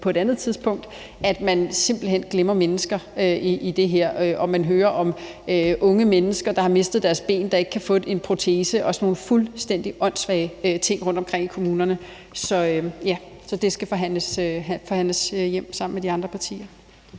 på et andet tidspunkt – er, at man simpelt hen glemmer mennesker i det her. Man hører om unge mennesker, der har mistet deres ben, og som ikke kan få en protese, og sådan nogle fuldstændig åndssvage ting rundt omkring i kommunerne, så det skal forhandles hjem sammen med de andre partier.